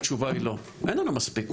התשובה היא לא, אין לנו מספיק.